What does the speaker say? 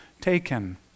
taken